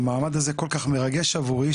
המעמד הזה כל כך מרגש עבורי,